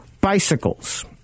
Bicycles